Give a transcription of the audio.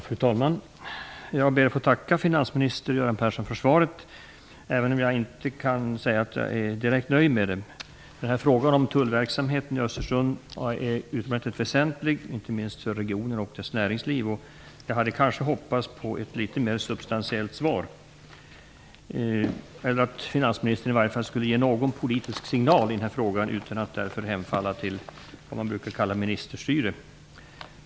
Fru talman! Jag ber att få tacka finansminister Göran Persson för svaret, även om jag inte kan säga att jag är direkt nöjd med det. Frågan om tullverksamheten i Östersund är utomordentligt väsentlig inte minst för regionen och dess näringsliv. Jag hade kanske hoppats på ett litet mer substantiellt svar eller att finansministern i varje fall skulle ge någon politisk signal i frågan utan att därför hemfalla till det man brukar kalla för ministerstyre.